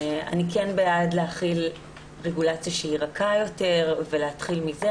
אני כן בעד להחיל רגולציה שהיא רכה יותר ולהתחיל מזה,